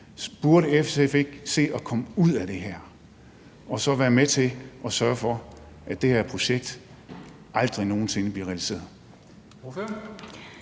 Burde SF ikke se at komme ud af det her og så være med til at sørge for, at det her projekt aldrig nogen sinde bliver realiseret?